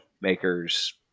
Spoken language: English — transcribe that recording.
makers